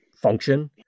function